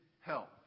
help